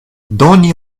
doni